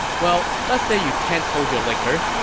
well, let's say you can't hold your liquor,